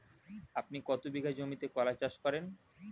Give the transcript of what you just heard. আপনি কত বিঘা জমিতে কলা চাষ করেন?